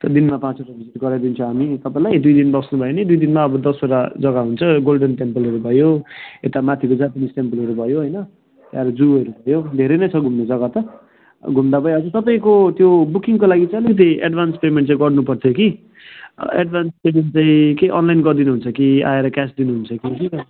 त दिनमा पाँचवटा भिजिट गराइदिन्छु हामी तपाईँलाई दुई दिन बस्नुभयो भने दुई दिनमा अब दसवटा जग्गा हुन्छ गोल्डन टेम्पलहरू भयो यता माथिको जापनिज टेम्पलहरू भयो होइन त्यहाँबाट जूहरू भयो धेरै नै छ घुम्ने जग्गा त अब घुम्दा भइहाल्छ तपाईँको त्यो बुकिङको लागि चाहिँ अलिकति एडभान्स पेमेन्ट चाहिँ गर्नुपर्छ कि एडभान्स पेमेन्ट चाहिँ के अनलाइन गरिदिनु हुन्छ कि आएर क्यास दिनुहुन्छ कि के